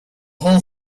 whole